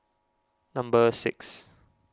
number six